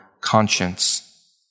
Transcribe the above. conscience